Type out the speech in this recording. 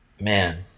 Man